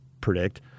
predict